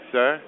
Sir